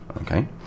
okay